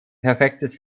perfektes